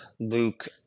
Luke